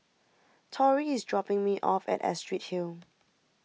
Tori is dropping me off at Astrid Hill